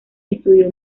estudió